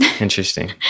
Interesting